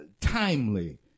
timely